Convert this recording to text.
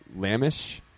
Lamish